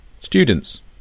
students